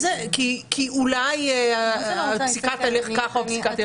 כי אולי הפסיקה תלך ככה או הפסיקה תלך אחרת.